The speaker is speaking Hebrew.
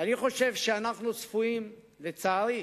ואני חושב שאנחנו צפויים, לצערי,